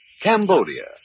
Cambodia